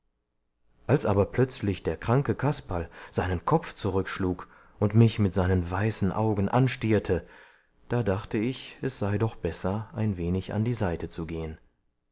als aber plötzlich der kranke kasperl seinen kopf zurückschlug und mich mit seinen weißen augen anstierte da dachte ich es sei doch besser ein wenig an die seite zu gehen